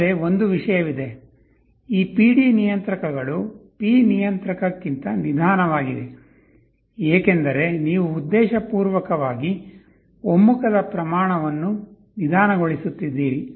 ಆದರೆ ಒಂದು ವಿಷಯವಿದೆ ಈ PD ನಿಯಂತ್ರಕಗಳು P ನಿಯಂತ್ರಕಕ್ಕಿಂತ ನಿಧಾನವಾಗಿವೆ ಏಕೆಂದರೆ ನೀವು ಉದ್ದೇಶಪೂರ್ವಕವಾಗಿ ಒಮ್ಮುಖದ ಪ್ರಮಾಣವನ್ನು ನಿಧಾನಗೊಳಿಸುತ್ತಿದ್ದೀರಿ